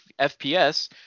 FPS